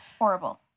horrible